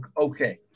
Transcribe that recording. okay